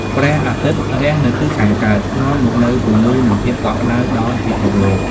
ព្រះអាទិត្យរះនៅទិសខាងកើត នាំមកនូវពន្លឺ និងភាពកក់ក្តៅដល់ពិភពលោក។